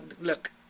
Look